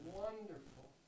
wonderful